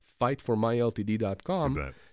FightForMyLTD.com